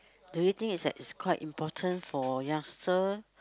do you think it's th~ it's quite important for youngster